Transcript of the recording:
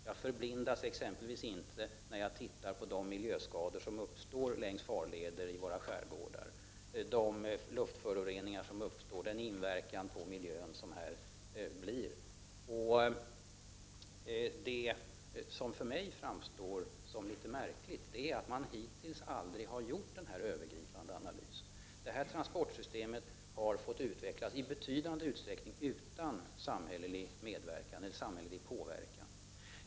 Jag förblindas exempelvis inte av den när jag ser de miljöskador som uppstår längs farlederna i våra skärgårdar eller när jag tänker på de luftföroreningar som uppstår och den inverkan på miljön som den här trafiken har. Jag tycker att det verkar litet märkligt att man hittills aldrig har gjort någon sådan här övergripande analys. Det här transportsystemet har ju i betydande utsträckning fått utvecklas utan samhällelig påverkan.